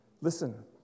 Listen